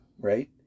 Right